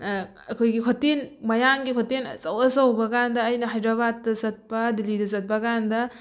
ꯑꯩꯈꯣꯏꯒꯤ ꯍꯣꯇꯦꯜ ꯃꯌꯥꯡꯒꯤ ꯍꯣꯇꯦꯜ ꯑꯆꯧ ꯑꯆꯧꯕ ꯀꯥꯟꯗ ꯑꯩꯅ ꯍꯥꯏꯗ꯭ꯔꯕꯥꯠꯇ ꯆꯠꯄ ꯗꯤꯜꯂꯤꯗ ꯆꯠꯄ ꯀꯥꯟꯗ